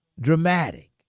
Dramatic